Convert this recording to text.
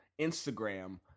Instagram